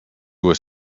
was